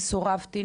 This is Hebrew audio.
סורבתי,